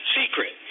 secret